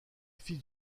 fils